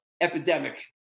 epidemic